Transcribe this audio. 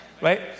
Right